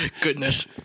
Goodness